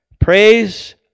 praise